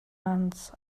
months